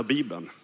Bibeln